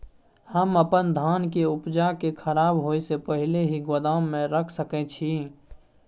हम अपन धान के उपजा के खराब होय से पहिले ही गोदाम में रख सके छी?